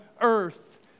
earth